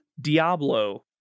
Diablo